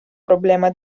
problema